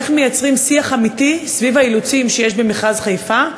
איך מייצרים שיח אמיתי סביב האילוצים שיש במכרז חיפה,